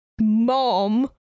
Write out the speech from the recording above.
Mom